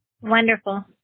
Wonderful